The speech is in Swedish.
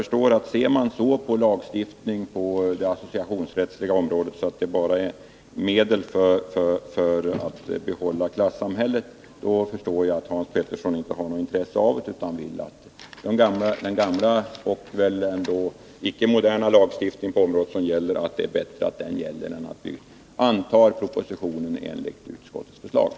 Ser man så på lagstiftning på det associationsrättsliga området att den bara är ett medel för att behålla klassamhället, då förstår jag att Hans Petersson inte har något intresse av den utan anser att det är bättre att ha kvar den gamla, icke särskilt moderna lagstiftningen.